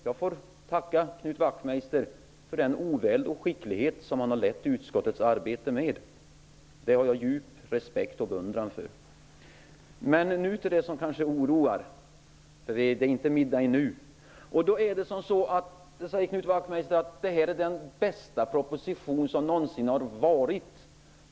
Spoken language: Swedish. Jag får tacka Knut Wachtmeister för den oväld och skicklighet som han har lett utskottets arbete med. Det har jag djup respekt och beundran för. Nu till det som kanske oroar. Det är inte middag ännu. Knut Wachtmeister säger att det här är den bästa proposition som någonsin har lagts fram.